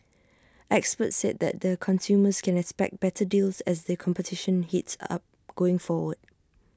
experts said that the consumers can expect better deals as the competition heats up going forward